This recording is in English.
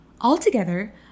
Altogether